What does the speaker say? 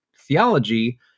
theology